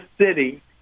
city